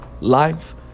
Life